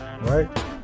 right